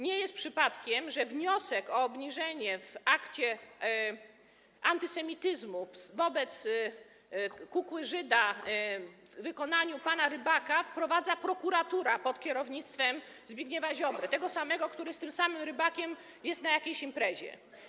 Nie jest przypadkiem, że wniosek o obniżenie w sprawie aktu antysemityzmu, chodzi o kukłę Żyda, w wykonaniu pana Rybaka składa prokuratura pod kierownictwem Zbigniewa Ziobry, tego samego, który z tym samym Rybakiem jest na jakiejś imprezie.